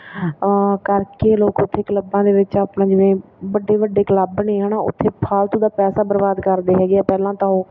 ਕਰਕੇ ਲੋਕ ਉੱਥੇ ਕਲੱਬਾਂ ਦੇ ਵਿੱਚ ਆਪਣਾ ਜਿਵੇਂ ਵੱਡੇ ਵੱਡੇ ਕਲੱਬ ਨੇ ਹੈ ਨਾ ਉੱਥੇ ਫਾਲਤੂ ਦਾ ਪੈਸਾ ਬਰਬਾਦ ਕਰਦੇ ਹੈਗੇ ਆ ਪਹਿਲਾਂ ਤਾਂ ਉਹ